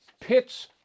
pits